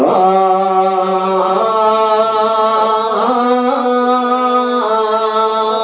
god